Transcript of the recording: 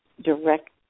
direct